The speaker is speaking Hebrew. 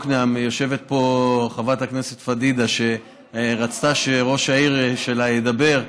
יושבת פה חברת הכנסת פדידה שרצתה שראש העיר שלה ידבר: